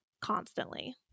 constantly